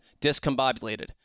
discombobulated